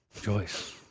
Joyce